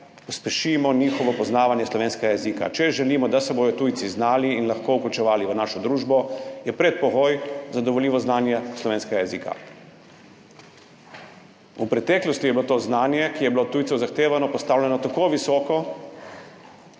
pospešimo njihovo poznavanje slovenskega jezika. Če želimo, da se bodo tujci znali in lahko vključevali v našo družbo, je predpogoj zadovoljivo znanje slovenskega jezika. V preteklosti je bilo to znanje, ki je bilo od tujcev zahtevano, postavljeno tako visoko,